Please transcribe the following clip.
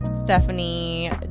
stephanie